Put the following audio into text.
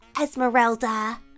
Esmeralda